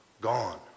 Gone